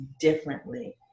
differently